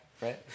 Right